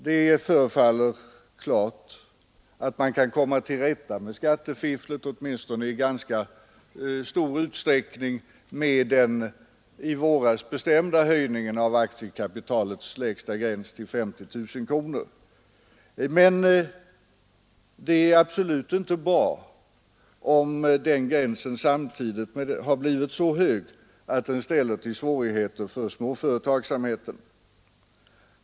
Det förefaller klart att man kan komma till rätta med skattefifflet åtminstone i ganska stor utsträckning med den i våras bestämda höjningen av aktiekapitalets lägsta gräns till 50 000 kronor. Men det är absolut inte bra om den gränsen samtidigt har blivit så hög att den ställer till svårigheter för småföretagsamheten.